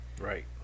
Right